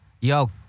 yo